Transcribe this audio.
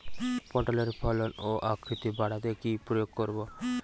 পটলের ফলন ও আকৃতি বাড়াতে কি প্রয়োগ করব?